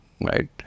Right